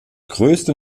größte